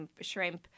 shrimp